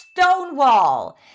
stonewall